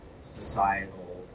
societal